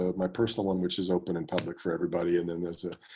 ah my personal one which is open and public for everybody, and then there's, ah